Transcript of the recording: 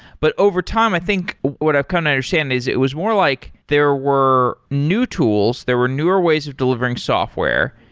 but overtime i think what i've come to understand is it was more like there were new tools, there were newer ways of delivering software,